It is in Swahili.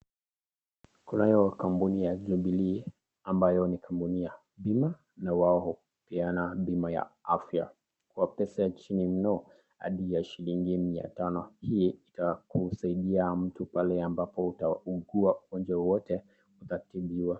Kunayo kampuni ya Jubilee ambayo ni kampuni ya bima na wao hupeana bima ya afya kwa pesa ya chini mno hadi ya shilingi mia tano, hii husaidia mtu pale ambapo utaugua ugonjwa wowote utatibiwa.